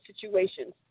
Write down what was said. situations